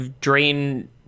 drain